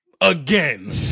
again